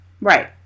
Right